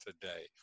today